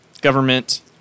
Government